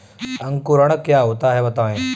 अंकुरण क्या होता है बताएँ?